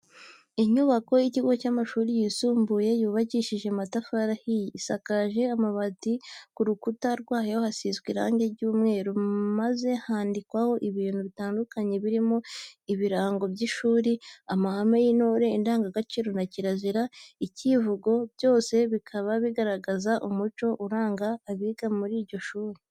Inyubako y'ikigo cy'amashuri yisumbuye yubakishije amatafari ahiye, isakaje amabati, ku rukuta rwayo hasizwe irangi ry'umweru maze handikwaho ibintu bitandukanye birimo ibirango by'ishuri, amahame y'intore, indangabaciro na kirazira, icyivugo, byose bikaba bigaragaza umuco uranga abiga muri iryo shuri.